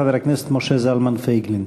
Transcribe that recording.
חבר הכנסת משה זלמן פייגלין.